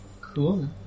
Cool